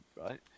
right